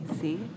see